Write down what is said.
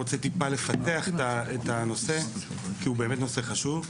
אני רוצה טיפה לפתח את הנושא כי הוא באמת נושא חשוב.